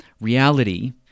reality